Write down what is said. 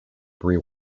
bree